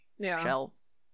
shelves